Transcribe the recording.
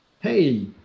Hey